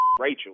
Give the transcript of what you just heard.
Rachel